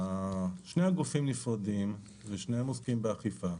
שני הגופים נפרדים ושניהם עוסקים באכיפה.